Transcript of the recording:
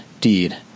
deed